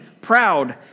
proud